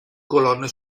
colonne